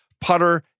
putter